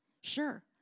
Sure